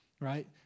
right